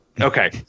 okay